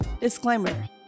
disclaimer